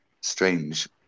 strange